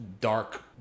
dark